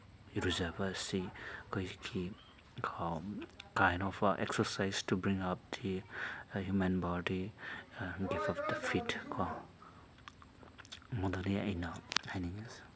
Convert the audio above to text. ꯏꯔꯨꯖꯕ ꯑꯁꯤ ꯑꯩꯈꯣꯏꯒꯤ ꯀꯣ kind of a exercise to bring up the human body keep up the fit ꯀꯣ ꯃꯗꯨꯅꯤ ꯑꯩꯅ ꯍꯥꯏꯅꯤꯡꯉꯤꯁꯦ